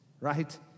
right